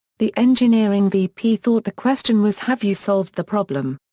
the engineering vp thought the question was have you solved the problem?